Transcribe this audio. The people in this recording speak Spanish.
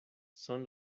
son